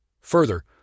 Further